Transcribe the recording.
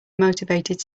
motivated